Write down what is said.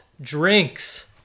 drinks